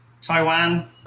Taiwan